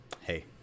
hey